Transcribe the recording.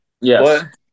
Yes